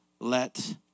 let